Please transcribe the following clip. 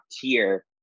tier